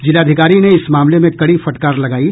जिलाधिकारी ने इस मामले में कड़ी फटकर लगायी